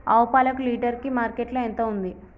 ఆవు పాలకు లీటర్ కి మార్కెట్ లో ఎంత ఉంది?